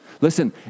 Listen